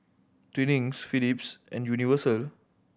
Twinings Philips and Universal